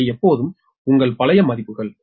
இவை எப்போதும் உங்கள் பழைய மதிப்புகள்